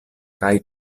kaj